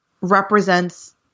represents